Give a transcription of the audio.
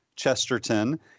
Chesterton